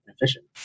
efficient